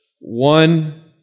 one